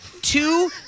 two